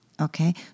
okay